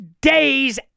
days